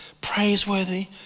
praiseworthy